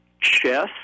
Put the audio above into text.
Chess